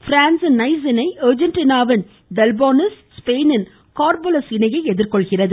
ப்ரான்சி ன் நைஸ் இணை அர்ஜெண்டினாவின் டெல்போனிஸ் ஸ்பெயினின் கார்பொலஸ் இணையை எதிர்கொள்கிறது